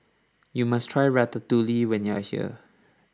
you must try Ratatouille when you are here